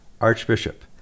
archbishop